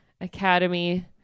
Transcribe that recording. Academy